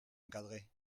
encadré